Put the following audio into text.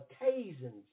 occasions